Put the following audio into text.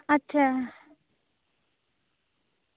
ᱟᱪᱪᱷᱟ